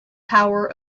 power